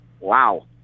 wow